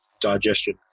digestion